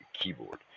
keyboard